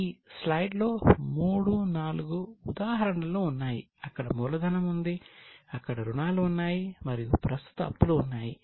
ఈ స్లైడ్ లో మూడు నాలుగు ఉదాహరణలు ఉన్నాయి అక్కడ మూలధనం ఉంది అక్కడ రుణాలు ఉన్నాయి మరియు ప్రస్తుత అప్పులు ఉన్నాయి